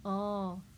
oh